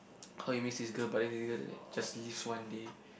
how he meets this girl but then the girl just leaves one day